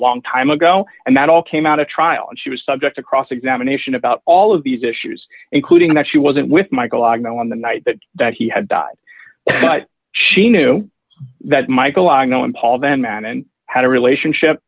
long time ago and that all came out of trial and she was subject to cross examination about all of these issues including that she wasn't with michael i know on the night that he had died but she knew that michael i know him paul then and had a relationship